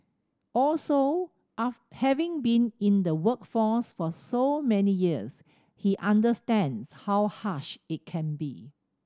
also having been in the workforce for so many years he understands how harsh it can be